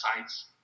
sites